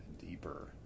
deeper